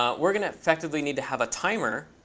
ah we're going to effectively need to have a timer,